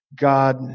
God